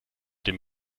den